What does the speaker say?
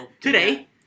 Today